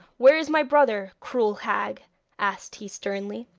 where is my brother, cruel hag asked he sternly.